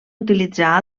utilitzar